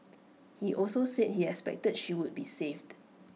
he also said he expected she would be saved